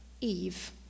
Eve